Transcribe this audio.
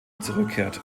zurückkehrt